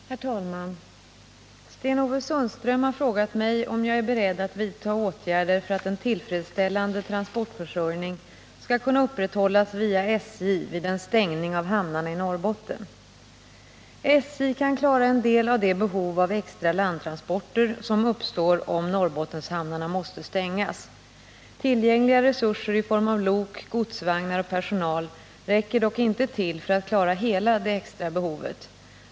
Herr talman! Sten-Ove Sundström har frågat mig om jag är beredd att vidta åtgärder för att en tillfredsställande transportförsörjning skall kunna upprätthållas via SJ vid en stängning av hamnarna i Norrbotten. SJ kan klara en del av det behov av extra landtransporter som uppstår om Norrbottenshamnarna måste stängas. Tillgängliga resurser i form av lok, godsvagnar och personal räcker dock inte till för att klara hela det extra behovet.